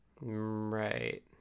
Right